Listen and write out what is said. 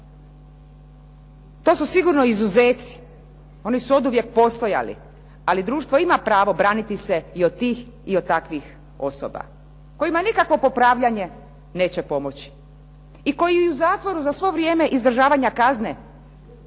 To su sigurno izuzeci. Oni su oduvijek postojali, ali društvo ima pravo braniti se od tih i od takvih osoba kojima nikakvo popravljanje neće pomoći i koji i u zatvoru za svo vrijeme izdržavanja kazne